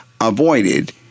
avoided